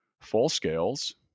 full-scale's